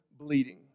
bleeding